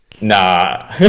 Nah